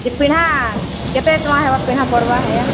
ଯେ ପିଣ୍ଡା କେତେ ଟଙ୍କା ହେବା ପିଣ୍ଡା ପଡ଼ବା ଆଜ୍ଞା